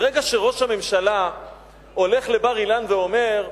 ברגע שראש הממשלה הולך לבר-אילן ואומר,